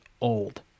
old